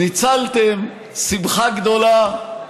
ניצלתם, שמחה גדולה.